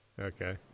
Okay